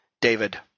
David